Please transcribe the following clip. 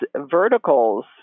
verticals